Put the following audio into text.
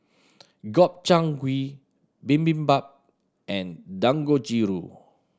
Gobchang Gui Bibimbap and Dangojiru